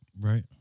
Right